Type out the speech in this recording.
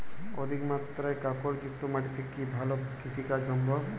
অধিকমাত্রায় কাঁকরযুক্ত মাটিতে কি ভালো কৃষিকাজ সম্ভব?